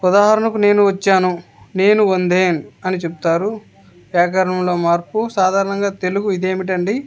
ఉదాహరణకు నేను వచ్చాను నేను వందేన్ అని చెప్తారు వ్యాకరణంలో మార్పు సాధారణంగా తెలుగు ఇదేమిటండి